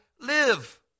live